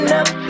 up